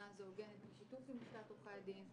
הזאת הוגנת בשיתוף עם לשכת עורכי הדין.